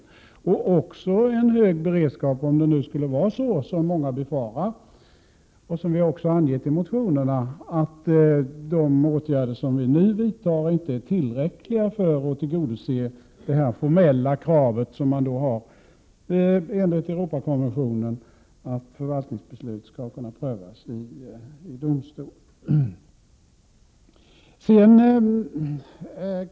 Vi skulle också behöva en hög beredskap om det nu skulle vara så, som många har befarat och som det också har givits uttryck för i motionerna, att de åtgärder som vi nu vidtar inte är tillräckliga för att tillgodose det enligt Europakonventionen formella kravet på att förvaltningsbeslut skall kunna prövas i domstol.